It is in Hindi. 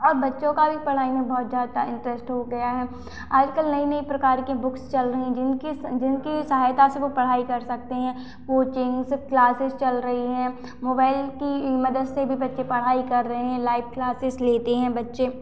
और बच्चों का भी पढ़ाई में बहुत ज़्यादा इंटरेस्ट हो गया है आजकल नई नई प्रकार की बुक चल रही है जिनकी जिनकी सहायता से वह पढ़ाई कर सकते हैं कोचिंग सब क्लासेस चल रही हैं मोबाइल की मदद से भी बच्चे पढ़ाई कर रहे हैं लाइफ़ क्लासेस लेते हैं बच्चे